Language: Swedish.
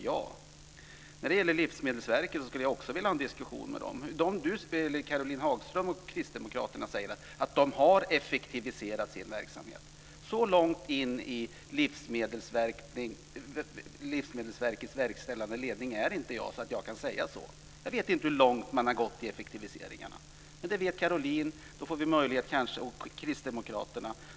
Jag skulle också vilja ha en diskussion med Livsmedelsverket. Caroline Hagström och Kristdemokraterna säger att det har effektiviserat sin verksamhet. Så långt in i Livsmedelsverkets verkställande ledning är jag inte att jag kan säga så. Jag vet inte hur långt det har gått i effektiviseringarna. Det vet Caroline och Kristdemokraterna.